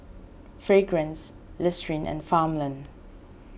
Fragrance Listerine and Farmland